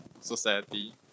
society